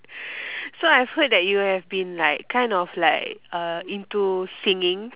so I've heard that you have been like kind of like uh into singing